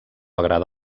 agrada